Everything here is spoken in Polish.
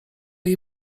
jej